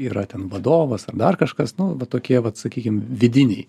yra ten vadovas ar dar kažkas nu va tokie vat sakykim vidiniai